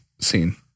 scene